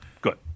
Good